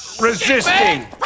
resisting